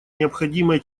необходимая